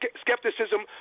skepticism